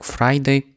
Friday